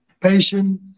patient